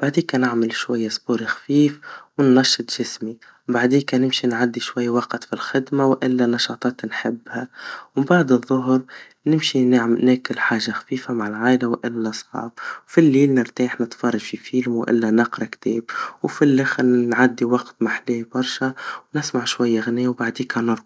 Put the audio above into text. بعديك نعمل شويا رياضا خفيف, وننشط جسمي, بعديكا نمشي نعدي شويا وقت في الخدما وإلا نشاطات نحبها, ومبعد الظهر نمشي نعم- ناكل حاجا خفيفا من العيلا وإلا صحاب, وفي الليل نرتاح, نتفرج في فيلم وإلا نقرا كتاب, وفي الآخر نعدي وقت ماحلاه برشا, ونسمع شويا اغنيا, وبعديها نرقد.